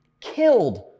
killed